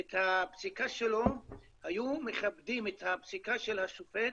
את הפסיקה שלו היו מכבדים את הפסיקה של השופט